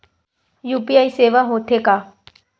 UPI सेवाएं हो थे का?